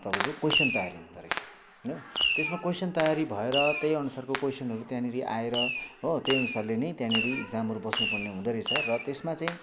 तपाईँको कोइसन तयारी हुँदोरहेछ हो त्यसमा कोइसन तयारी भएर त्यही अनुसारको कोइसनहरू त्यहाँनिर आएर हो त्यही अनुसारले नै त्यहाँनिर इक्जामहरू बस्नु पर्ने हुँदोरहेछ र त्यसमा चाहिँ